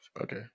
okay